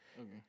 Okay